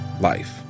life